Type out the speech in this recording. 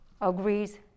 agrees